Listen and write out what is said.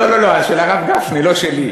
לא לא לא, של הרב גפני, לא שלי.